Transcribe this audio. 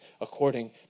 according